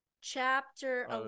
Chapter